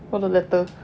all the letters